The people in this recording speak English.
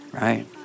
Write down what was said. Right